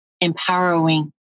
empowering